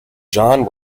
john